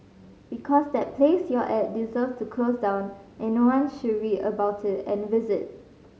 because that place you're at deserves to close down as no one should read about it and visit